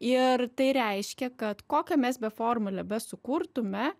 ir tai reiškia kad kokią mes be formulę be sukurtume